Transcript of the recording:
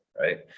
Right